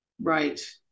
Right